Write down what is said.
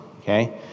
okay